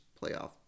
playoff